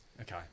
Okay